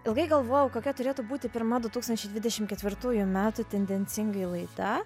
ilgai galvojau kokia turėtų būti pirma du tūkstančiai dvidešim ketvirtųjų metų tendencingai laida